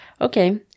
Okay